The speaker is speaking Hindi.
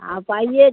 आप आइए